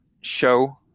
show